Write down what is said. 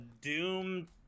Doom